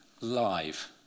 live